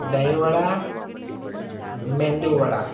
દહીંવડા medu vada